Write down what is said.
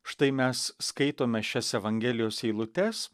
štai mes skaitome šias evangelijos eilutes